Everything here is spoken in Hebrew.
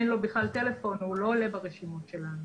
למי שאין בכלל טלפון, הוא לא עולה ברשימות שלנו.